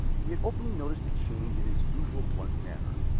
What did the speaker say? he had openly noticed the change in his usual blunt manner,